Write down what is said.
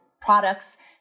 products